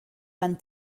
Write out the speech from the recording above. van